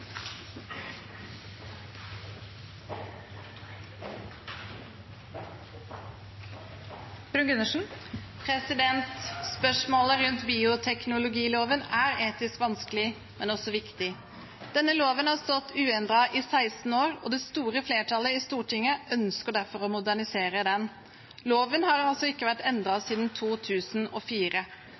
etisk vanskelig, men også viktig. Denne loven har stått uendret i 16 år, og det store flertallet i Stortinget ønsker derfor å modernisere den. Loven har altså ikke vært endret siden 2004.